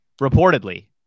reportedly